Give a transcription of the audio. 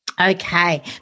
Okay